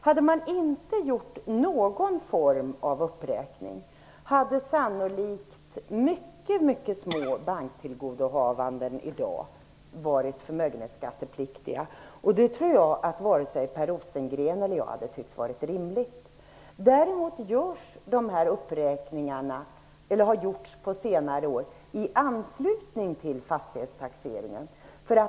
Om man inte hade gjort någon form av uppräkning hade sannolikt mycket små banktillgodohavanden varit förmögenhetsskattepliktiga i dag. Det tror jag att vare sig Per Rosengren eller jag hade tyckt varit rimligt. Däremot har de här uppräkningarna på senare år gjorts i anslutning till fastighetstaxeringen.